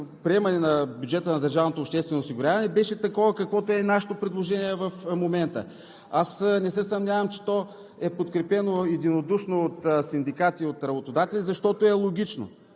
обществено осигуряване беше такова, каквото е нашето предложение в момента. Аз не се съмнявам, че то е подкрепено единодушно от синдикати и работодатели, защото е логично.